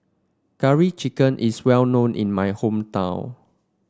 Curry Chicken is well known in my hometown